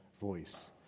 voice